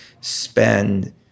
spend